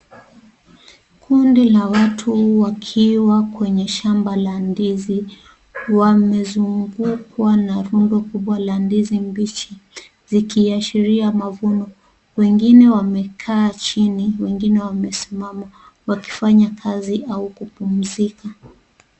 Kundi la watu wakiwa kwenye shamba la ndizi. Wamezungukwa na rundo kubwa la ndizi mbichi zikiashiria mavuno. Wengi wamekaa chini. Wengine wamesimama, wakifanya kazi au kupumzika.